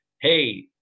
hey